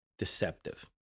deceptive